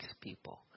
people